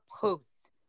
posts